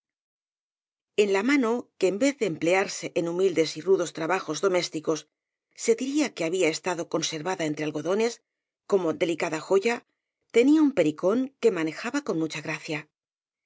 en la mano que en vez de emplearse en humil des y rudos trabajos domésticos se diría que había estado conservada entre algodones como delicada joya tenía un pericón que manejaba con mucha gracia